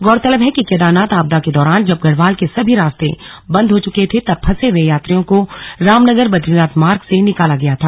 गौरतलब है कि केदारनाथ आपदा के दौरान जब गढ़वाल के सभी रास्ते बंद हो चुके थे तब फंसे हुए यात्रियों को रामनगर बद्रीनाथ मार्ग से निकाला गया था